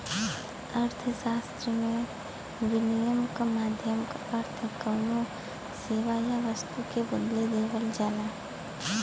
अर्थशास्त्र में, विनिमय क माध्यम क अर्थ कउनो सेवा या वस्तु के बदले देवल जाला